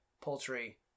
poultry